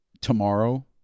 tomorrow